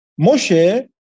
Moshe